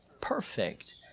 Perfect